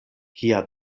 kia